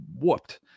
whooped